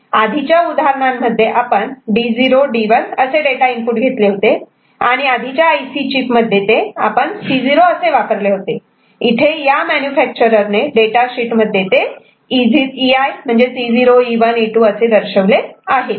आधीच्या उदाहरणांमध्ये आपण D0 D1 असे डाटा इनपुट घेतले होते आणि आधीच्या आय सी चीप मध्ये ते आपण ते C0 असे वापरले होते इथे हे या मॅन्युफॅक्चरर ने डेटा शीट मध्ये ते EI E0 E1 E2 असे दर्शवले आहे आहेत